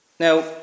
Now